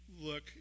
look